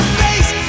face